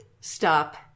stop